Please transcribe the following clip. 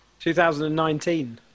2019